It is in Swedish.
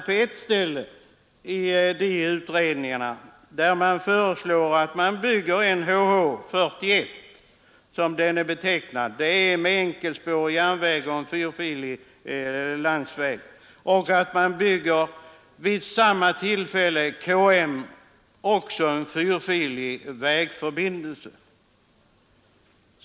På ett ställe föreslås av utredningarna att man skall bygga en förbindelse HH 41, dvs. med enkelspårig järnväg och en fyrfilig landsväg, och att man vid samma tillfälle skall bygga en fyrfilig vägförbindelse i KM.